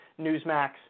Newsmax